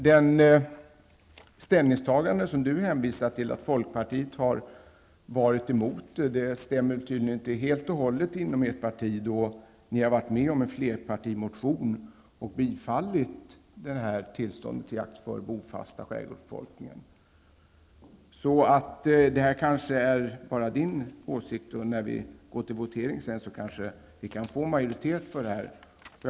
Det ställningsstagande som Lennart Fremling hänvisar till -- att folkpartiet varit emot saken -- stämmer tydligen inte helt och hållet för partiet. Ni har varit med om en flerpartimotion och tillstyrkt förslag om tillstånd till jakt för den bofasta skärgårdsbefolkningen. Det är kanske bara fråga om Lennart Fremlings personliga åsikt, och när vi går till votering kan vi måhända få majoritet för det framlagda förslaget.